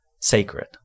sacred